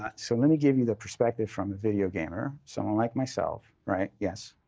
but so let me give you the perspective from a video gamer, someone like myself, right? yes.